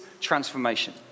transformation